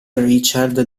richard